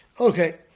Okay